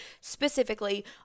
specifically